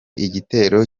igitero